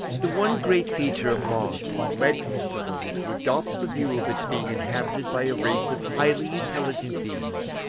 the one great feature of mars which led mr. lowell to adopt the view of its being inhabited by a race of highly intelligent beings,